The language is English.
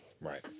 Right